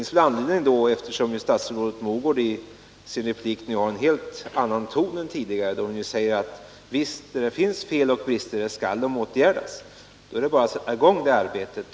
Statsrådet Mogård använder i sin replik nu en helt annan ton än tidigare. Hon säger, att finns det fel och brister, så skall de åtgärdas. Då är det bara att sätta i gång det arbetet.